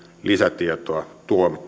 lisätietoa